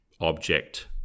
object